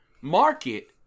market